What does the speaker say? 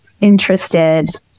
interested